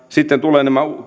sitten tulevat nämä